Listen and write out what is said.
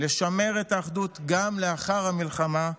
לשמר את האחדות גם לאחר המלחמה,